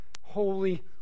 holy